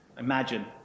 imagine